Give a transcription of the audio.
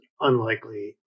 unlikely